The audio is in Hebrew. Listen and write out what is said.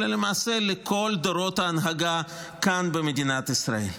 אלא למעשה לכל דורות ההנהגה כאן במדינת ישראל.